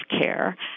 care